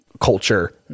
culture